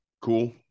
cool